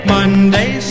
Monday